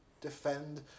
defend